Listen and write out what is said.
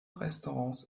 restaurants